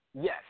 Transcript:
Yes